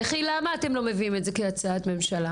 וכי למה אתם לא מביאים את זה להצעת ממשלה?